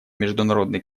международный